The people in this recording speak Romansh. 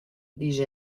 disch